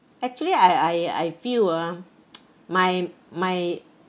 actually I I I feel ah my my